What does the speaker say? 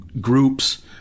groups